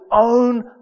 own